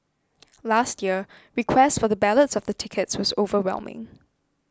last year request for the ballots of the tickets was overwhelming